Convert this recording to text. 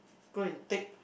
go and take